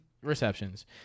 receptions